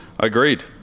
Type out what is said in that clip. Agreed